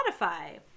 Spotify